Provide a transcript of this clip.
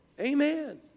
Amen